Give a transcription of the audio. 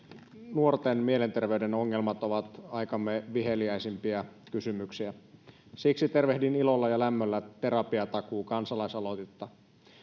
nuorten mielenterveyden ongelmat ovat aikamme viheliäisimpiä kysymyksiä siksi tervehdin ilolla ja lämmöllä terapiatakuu kansalaisaloitetta